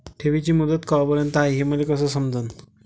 ठेवीची मुदत कवापर्यंत हाय हे मले कस समजन?